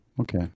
Okay